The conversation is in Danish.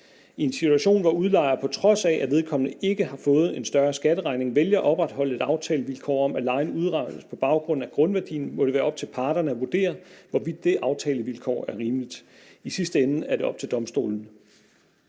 I en situation, hvor udlejer, på trods af at vedkommende ikke har fået en større skatteregning, vælger at opretholde et aftalevilkår om, at lejen udregnes på baggrund af grundværdien, må det være op til parterne at vurdere, hvorvidt det aftalevilkår er rimeligt. I sidste ende er det op til domstolene.